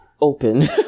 Open